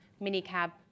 minicab